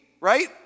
right